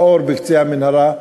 האור בקצה המנהרה,